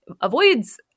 avoids